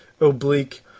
oblique